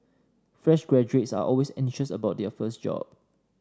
fresh graduates are always anxious about their first job